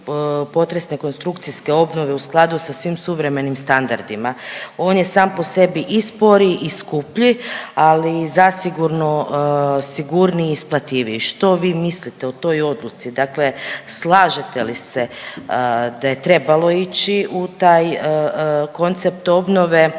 protupotresne konstrukcijske obnove u skladu sa svim suvremenim standardima. On je sam po sebi i sporiji i skuplji, ali zasigurno sigurniji i isplativiji. Što vi mislite o toj odluci, dakle slažete li se da je trebalo ići u taj koncept obnove